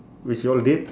which you all did